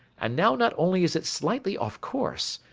and now not only is it slightly off course,